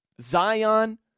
Zion